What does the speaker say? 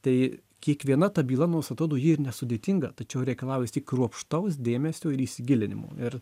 tai kiekviena ta byla nors atrdo ji ir nesudėtinga tačiau reikalauja vistiek kruopštaus dėmesio ir įsigilinimo ir